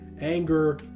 anger